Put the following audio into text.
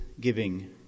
giving